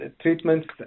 treatments